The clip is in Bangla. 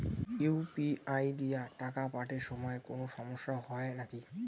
ইউ.পি.আই দিয়া টাকা পাঠের সময় কোনো সমস্যা হয় নাকি?